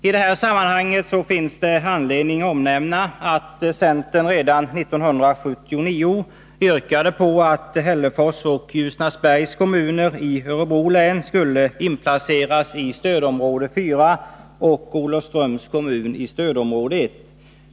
I sammanhanget finns det anledning att omnämna att centern redan 1979 yrkade att Hällefors och Ljusnarsbergs kommuner i Örebro län skulle inplaceras i stödområde 4 och Olofströms kommun i stödområde 1.